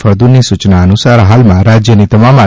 ફળદુની સૂચના અનુસાર હાલમાં રાજ્યની તમામ આર